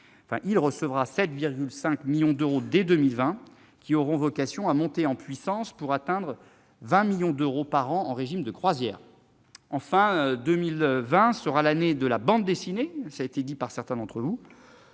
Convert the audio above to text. recevra 7,5 millions d'euros dès 2020, son budget ayant vocation à monter en puissance pour atteindre 20 millions d'euros par an en régime de croisière. Par ailleurs, 2020 sera l'année de la bande dessinée, certains d'entre vous